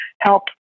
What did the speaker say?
help